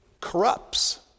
corrupts